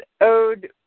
owed